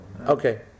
Okay